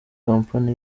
company